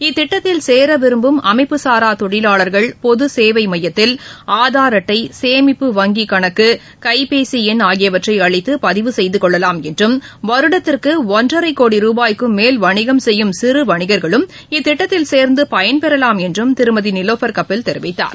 இத்திட்டத்தில் சேர விரும்பும் அமைப்புகாரா தொழிலாளர்கள் பொது சேவை மையத்தில் ஆதார் அட்டை சேமிப்பு வங்கிக் கணக்கு கைபேசி எண் ஆகியவற்றை அளித்து பதிவு செய்து கொள்ளலாம் என்றும் வருடத்திற்கு ஒன்றரை கோடி நபாய்க்கும் மேல் வணிகம் செய்யும் சிறுவணிகர்களும் இத்திட்டத்தில் சேர்ந்து பயன்பெறலாம் என்றும் திருமதி நிலோஃபர் கபில் தெரிவித்தார்